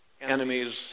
Enemies